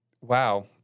Wow